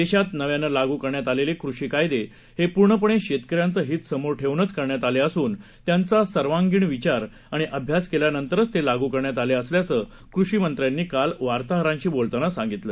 देशात नव्यानं लागू करण्यात आलेले कृषी कायदे हे पूर्णपणे शेतकऱ्यांचं हित समोर ठेवूनच करण्यात आले असून त्याचा सर्वांगीण विचार आणि अभ्यास केल्यानंतरच ते लागू करण्यात आले असल्याचं कृषी मंत्र्यांनी काल वार्ताहरांशी बोलताना सांगितलं